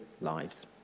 lives